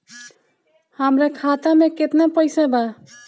हमरा खाता मे केतना पैसा बा?